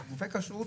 כן.